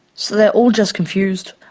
so they're all just confused.